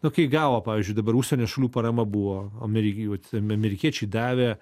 okėj gavo pavyzdžiui dabar užsienio šalių parama buvo amerijuo amerikiečiai davė